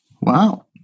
wow